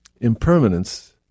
impermanence